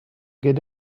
get